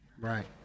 right